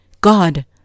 God